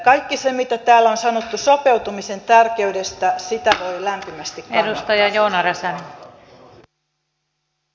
kaikkea sitä mitä täällä on sanottu sopeutumisen tärkeydestä voi lämpimästi kannattaa